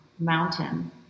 mountain